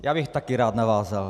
Já bych taky rád navázal.